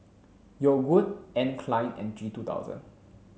Yogood Anne Klein and G Two thousand